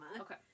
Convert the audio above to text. Okay